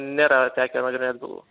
nėra tekę nagrinėt bylų